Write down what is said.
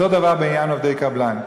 אותו דבר בעניין עובדי קבלן.